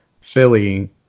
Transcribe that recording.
Philly